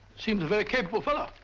seems a very capable fellow.